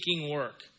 work